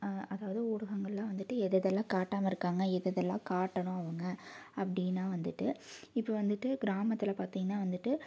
அதாவது ஊடகங்கள்லாம் வந்துட்டு எதை எதைலாம் காட்டாமல் இருக்காங்க எதை எதைலாம் காட்டணும் அவங்க அப்படின்னா வந்துட்டு இப்போது வந்துட்டு கிராமத்தில் பார்த்தீங்கன்னா வந்துட்டு